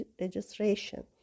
registration